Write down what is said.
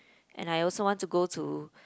and I also want to go to